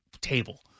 table